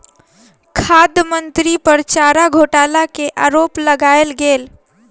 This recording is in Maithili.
खाद्य मंत्री पर चारा घोटाला के आरोप लगायल गेल